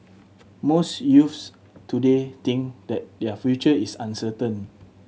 most youths today think that their future is uncertain